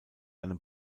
einem